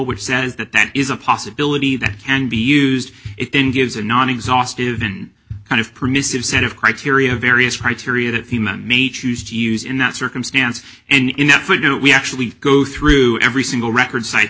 which says that that is a possibility that can be used it in gives a non exhaustive in kind of permissive set of criteria various criteria that human may choose to use in that circumstance and in that for do we actually go through every single record cite